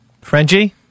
Frenchie